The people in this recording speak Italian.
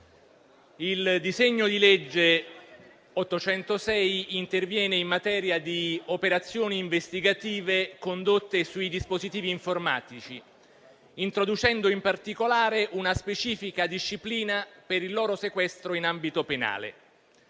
il disegno di legge n. 806 interviene in materia di operazioni investigative condotte sui dispositivi informatici, introducendo, in particolare, una specifica disciplina per il loro sequestro in ambito penale.